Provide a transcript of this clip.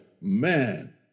Man